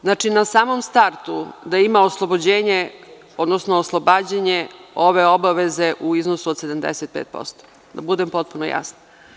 Znači, na samom startu da ima oslobođenje, odnosno oslobađanje ove obaveze u iznosu od 75%, da budem potpuno jasna.